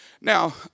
Now